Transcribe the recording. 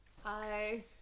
Hi